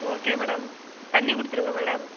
okay madam பண்ணிகொடுத்துருங்க madam